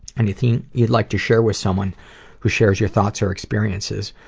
anything you'd like to share with someone who shares your thoughts or experiences?